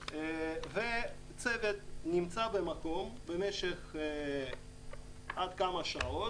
הצוות נמצא במקום עד כמה שעות,